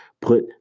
Put